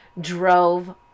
drove